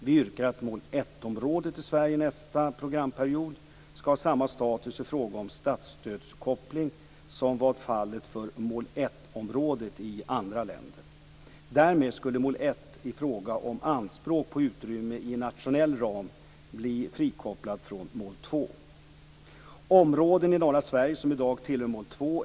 Vi yrkar att mål 1-området i Sverige nästa programperiod skall ha samma status i fråga om statsstödskoppling som är fallet för mål 1-områden i andra länder. Därmed skulle mål 1 i fråga om anspråk på utrymme i en nationell ram bli frikopplat från mål 2.